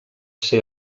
ser